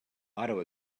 auto